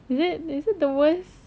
is it is it the worst